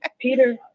Peter